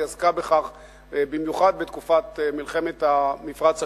והיא עסקה בכך במיוחד בתקופת מלחמת המפרץ השנייה,